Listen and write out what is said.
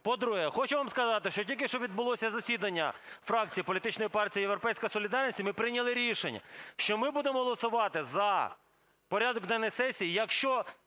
По-друге, хочу вам сказати, що тільки що відбулося засідання фракції політичної партії "Європейська солідарність", і ми прийняли рішення, що ми будемо голосувати за порядок денний сесії, якщо